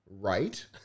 right